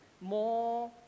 More